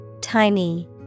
Tiny